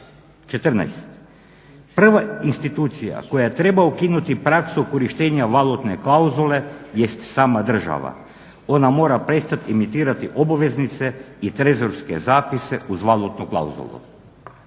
14.prva institucija koja treba ukinuti praksu korištenja valutne klauzule jest sama država. Ona mora prestati imitirati obveznice i trezorske zapise uz valutnu klauzulu